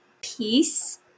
peace